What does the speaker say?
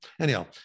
anyhow